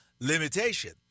limitation